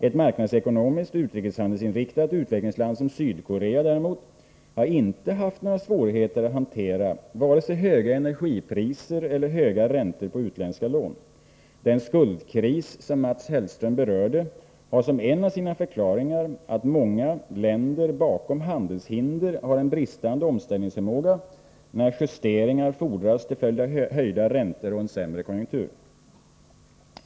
Ett marknadsekonomiskt och utrikeshandelsinriktat utvecklingsland som Sydkorea däremot har inte haft några svårigheter att hantera vare sig höga energipriser eller höga räntor på utländska lån. Den skuldkris Mats Hellström berörde har som en av sina förklaringar att många länder har bakom handelshinder en bristande omställningsförmåga när justeringar fordras till följd av höjda räntor och en sämre konjunktur.